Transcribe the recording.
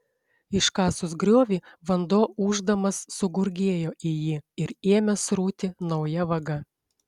iškasus griovį vanduo ūždamas sugurgėjo į jį ir ėmė srūti nauja vaga